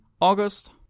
August